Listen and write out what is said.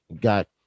got